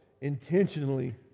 intentionally